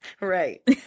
Right